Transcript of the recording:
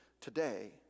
today